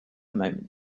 moment